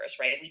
right